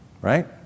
right